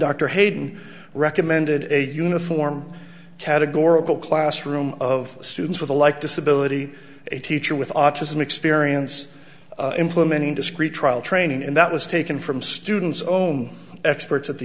dr hayden recommended a uniform categorical classroom of students with a like disability a teacher with autism experience implementing discrete trial training and that was taken from students own experts at the